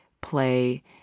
play